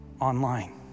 online